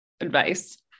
advice